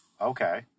okay